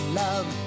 love